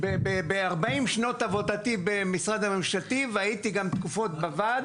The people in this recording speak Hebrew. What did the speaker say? במשך כל 40 שנות עבודתי במשרד ממשלתי והייתי גם תקופות בוועד,